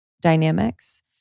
dynamics